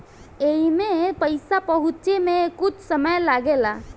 एईमे पईसा पहुचे मे कुछ समय लागेला